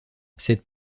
cette